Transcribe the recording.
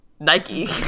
Nike